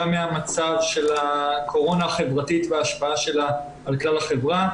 גם בטיפול במצב של הקורונה החברתית וההשפעה שלה על כלל החברה,